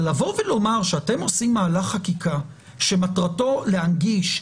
אבל לומר שאתם עושים מהלך חקיקה שמטרתו להנגיש,